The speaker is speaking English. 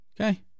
Okay